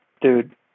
dude